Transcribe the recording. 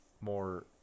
more